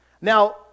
Now